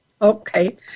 Okay